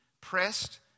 pressed